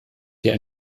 der